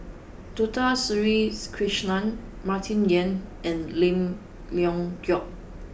Dato Sri Krishna Martin Yan and Lim Leong Geok